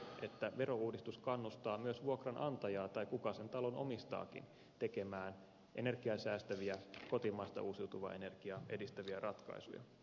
häneltä jäi mainitsematta se että verouudistus kannustaa myös vuokranantajaa tai kuka sen talon omistaakin tekemään energiaa säästäviä kotimaista uusiutuvaa energiaa edistäviä ratkaisuja